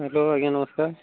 hello ଆଜ୍ଞା ନମସ୍କାର୍